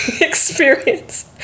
experience